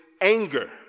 anger